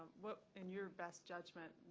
what, in your best judgment,